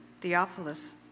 Theophilus